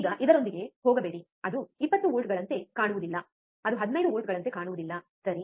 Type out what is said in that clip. ಈಗ ಇದರೊಂದಿಗೆ ಹೋಗಬೇಡಿ ಅದು 20 ವೋಲ್ಟ್ಗಳಂತೆ ಕಾಣುವುದಿಲ್ಲ ಅದು 15 ವೋಲ್ಟ್ಗಳಂತೆ ಕಾಣುವುದಿಲ್ಲ ಸರಿ